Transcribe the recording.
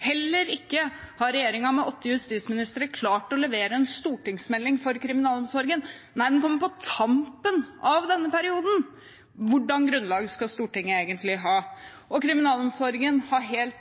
Heller ikke har regjeringen, med åtte justisministre, klart å levere en stortingsmelding for kriminalomsorgen – nei, den kommer på tampen av denne perioden. Hvilket grunnlag skal Stortinget egentlig ha? Kriminalomsorgen har,